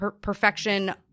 perfection